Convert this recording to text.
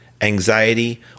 anxiety